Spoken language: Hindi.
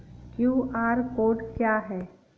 क्यू.आर कोड क्या है?